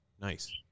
Nice